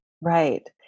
Right